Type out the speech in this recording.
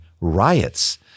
riots